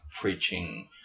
preaching